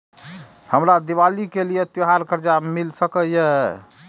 हमरा दिवाली के लिये त्योहार कर्जा मिल सकय?